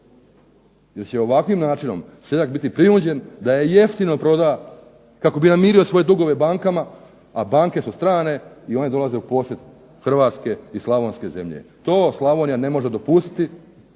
Jer će ovakvim načinom seljak biti prinuđen da je jeftino proda kako bi namirio svoje dugove bankama, a banke su strane i one dolaze u posjed hrvatske i slavonske zemlje. To Slavonija ne može dopustiti.